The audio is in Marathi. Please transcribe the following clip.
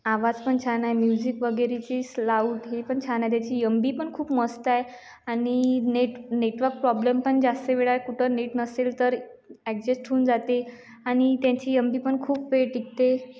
आवाज पण छान आहे म्युझिक वगैरेची स्लाउट हे पण छान आहे त्याची यम बी पण खूप मस्त आहे आणि नेट नेटवर्क प्रॉब्लेम पण जास्त वेळ आहे कुठं नेट नसेल तर एडजस्ट होऊन जाते आणि त्यांची यम बी पण खूप वेळ टिकते